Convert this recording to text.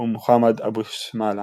ומוחמד אבו שמאלה.